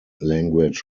language